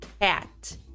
cat